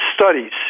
studies